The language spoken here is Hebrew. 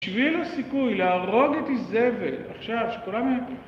בשביל הסיכוי להרוג את איזבל, עכשיו שכולם י...